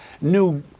new